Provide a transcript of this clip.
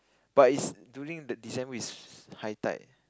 but is during the December is high tide